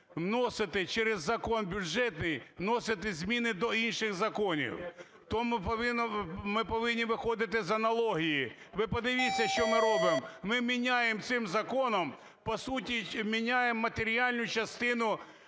вносити через закон бюджетний, вносити зміни до інших законів. Тому повинно, ми повинні виходити з аналогії. Ви подивіться, що ми робимо! Ми міняємо цим законом, по суті міняємо матеріальну частину